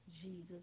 Jesus